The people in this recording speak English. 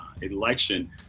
election